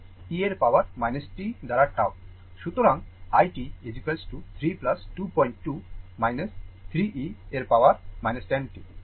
সুতরাং i t 3 22 3 e এর power 10 t